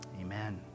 Amen